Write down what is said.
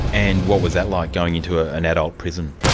and what was that like, going into ah an adult prison?